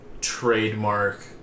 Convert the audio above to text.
trademark